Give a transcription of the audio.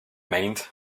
mind